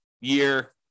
year